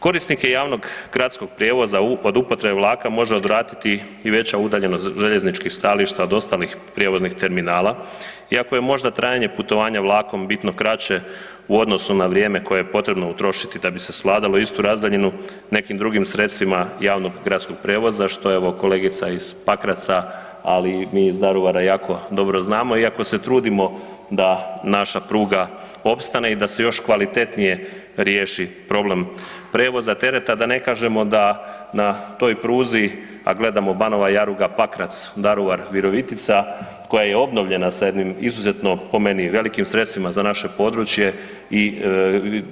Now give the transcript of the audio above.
Korisnike javnog gradskog prijevoza … vlaka može odraditi i veća udaljenost željezničkih stajališta od ostalih prijevoznih terminala, iako je možda trajanje putovanja vlakom bitno kraće u odnosu na vrijeme koje je potrebno utrošiti da bi se svladalo istu razdaljinu nekim drugim sredstvima javnog gradskog prijevoza, što evo kolegica iz Pakraca, ali mi iz Daruvara jako dobro znamo iako se trudimo da naša pruga opstane i da se još kvalitetnije riješi problem prijevoza tereta, da ne kažemo da na toj pruzi, a gledamo Banova Jaruga-Pakrac-Daruvar-Virovitica koja je obnovljena sa jednim izuzetno po meni velikim sredstvima za naše područje i